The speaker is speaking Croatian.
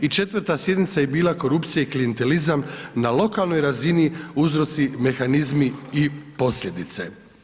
I četvrta sjednica je bila Korupcija i klijentelizam na lokalnoj razini, uzroci, mehanizmi i posljedice.